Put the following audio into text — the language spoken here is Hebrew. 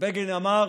ובגין אמר